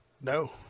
No